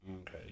Okay